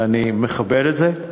ואני מכבד את זה,